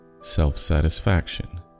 self-satisfaction